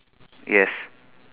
yes